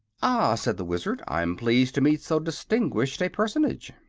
ah, said the wizard i'm pleased to meet so distinguished a personage.